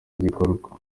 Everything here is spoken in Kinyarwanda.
gikorwa